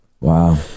Wow